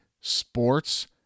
sports